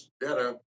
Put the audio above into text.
better